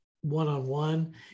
one-on-one